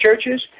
churches